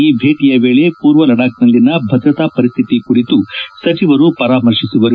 ಈ ಭೇಟಿಯ ವೇಳೆ ಪೂರ್ವ ಲಡಾಬ್ನಲ್ಲಿನ ಭದ್ರತಾ ಪರಿಸ್ಥಿತಿ ಕುರಿತು ಸಚಿವರು ಪರಾಮರ್ಶಿಸುವರು